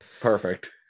Perfect